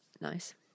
Nice